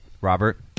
Robert